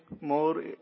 more